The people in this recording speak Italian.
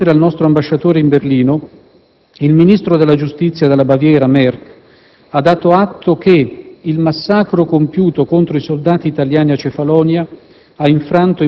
In una lettera al nostro ambasciatore a Berlino, il ministro della giustizia della Baviera, Merk, ha dato atto che «il massacro compiuto contro i soldati italiani a Cefalonia